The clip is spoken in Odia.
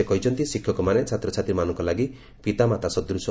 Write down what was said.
ସେ କହିଛନ୍ତି ଶିକ୍ଷକମାନେ ଛାତ୍ରଛାତ୍ରୀମାନଙ୍କ ଲାଗି ପିତାମାତା ସଦୂଶ